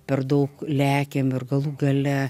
per daug lekiam ir galų gale